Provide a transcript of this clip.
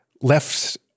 left